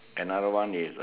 another one is